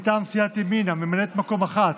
מטעם סיעת ימינה ממלאת מקום אחת: